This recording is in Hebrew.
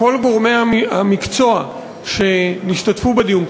שכל גורמי המקצוע שהשתתפו בדיון,